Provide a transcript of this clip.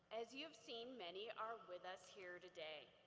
as you've seen, many are with us here today.